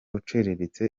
uciriritse